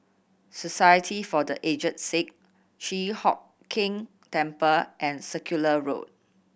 Society for The Aged Sick Chi Hock Keng Temple and Circular Road